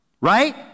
Right